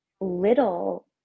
little